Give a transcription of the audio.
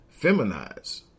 feminize